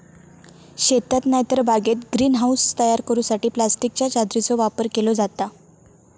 शेतात नायतर बागेत ग्रीन हाऊस तयार करूसाठी प्लास्टिकच्या चादरीचो वापर केलो जाता